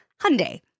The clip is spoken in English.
Hyundai